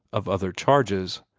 of other charges.